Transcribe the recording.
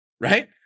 right